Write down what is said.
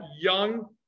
young